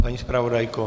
Paní zpravodajko?